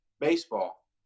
baseball